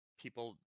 people